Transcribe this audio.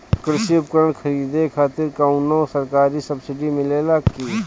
कृषी उपकरण खरीदे खातिर कउनो सरकारी सब्सीडी मिलेला की?